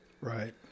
Right